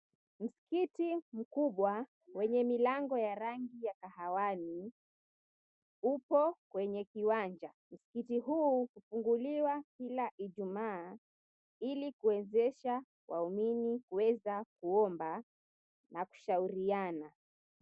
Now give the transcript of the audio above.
Msikiti mkubwa wenye milango ya rangi ya kahawani, upo kwenye kiwanja. Msikiti huu hufunguliwa kila Ijumaa ili kuwezesha waumini kuweza kuomba na kushauriana.